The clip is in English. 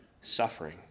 suffering